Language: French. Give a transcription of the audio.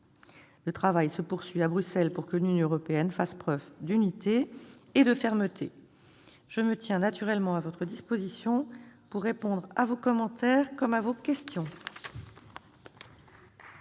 Le travail se poursuit à Bruxelles pour que l'Union européenne fasse preuve d'unité et de fermeté. Je me tiens naturellement à votre disposition pour répondre à vos commentaires, comme à vos questions.